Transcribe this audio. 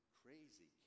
crazy